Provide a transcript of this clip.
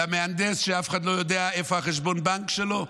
למהנדס שאף אחד לא יודע איפה חשבון הבנק שלו?